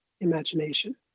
imagination